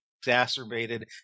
exacerbated